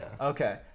Okay